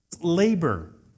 labor